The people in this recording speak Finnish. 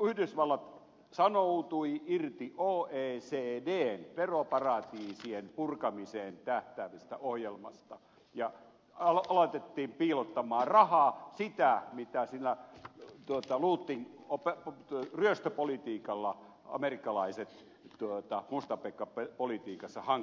yhdysvallat sanoutui irti oecdn veroparatiisien purkamiseen tähtäävästä ohjelmasta ja ruvettiin piilottamaan rahaa sitä mitä sillä looting eli ryöstöpolitiikalla amerikkalaiset mustapekkapolitiikassa hankkivat